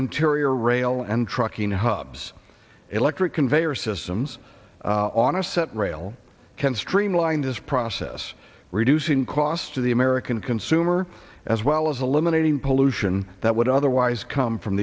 interior rail and trucking hubs electric conveyor systems on a set rail can streamline this process reducing costs to the american consumer as well as eliminating pollution that would otherwise come from